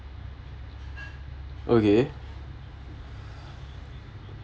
okay